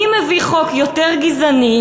מי מביא חוק יותר גזעני,